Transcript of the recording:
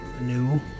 new